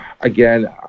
again